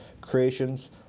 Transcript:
Creations